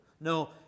No